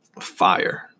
fire